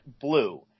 blue